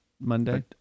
Monday